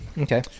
Okay